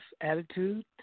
attitude